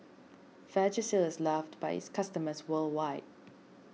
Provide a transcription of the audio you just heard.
Vagisil is loved by its customers worldwide